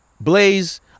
Blaze